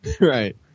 Right